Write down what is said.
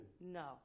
No